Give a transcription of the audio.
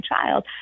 child